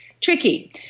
tricky